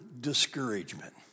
discouragement